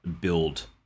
build